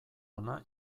ona